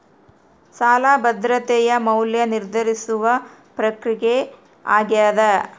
ಸಾಲ ಭದ್ರತೆಯ ಮೌಲ್ಯ ನಿರ್ಧರಿಸುವ ಪ್ರಕ್ರಿಯೆ ಆಗ್ಯಾದ